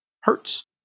hertz